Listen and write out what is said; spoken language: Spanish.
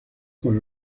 con